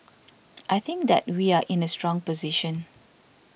I think that we are in a strong position